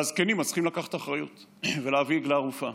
והזקנים אז צריכים לקחת אחריות ולהביא עגלה ערופה.